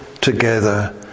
together